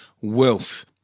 Wealth